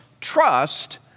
trust